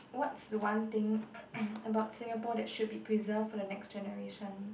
what's the one thing about Singapore that should be preserved for the next generation